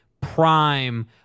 prime